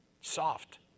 Soft